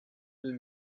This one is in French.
deux